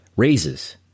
Raises